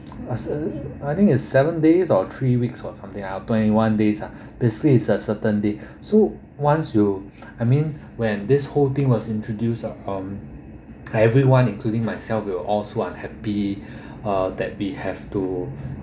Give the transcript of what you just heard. as uh I think it's seven days or three weeks or something uh twenty one days uh basically is a certain day so once you I mean when this whole thing was introduced um everyone including myself we're all so unhappy uh that we have to